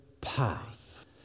path